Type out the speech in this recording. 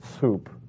soup